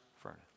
furnace